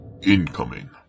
incoming